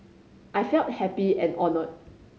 I felt happy and honoured